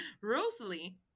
Rosalie